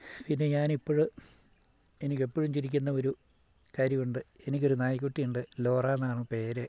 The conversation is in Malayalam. പിന്നെ ഞാനിപ്പഴ് എനിക്കെപ്പഴും ചിരിക്കുന്ന ഒരു കാര്യവുണ്ട് എനിക്കൊരു നായ്ക്കുട്ടിയുണ്ട് ലോറാന്നാണ് പേര്